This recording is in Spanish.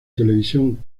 televisión